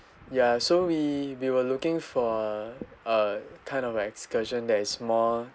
ya so we we were looking for uh kind of excursion that's more